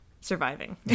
surviving